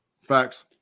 Facts